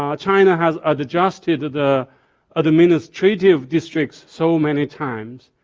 um china has adjusted the administrative districts so many times,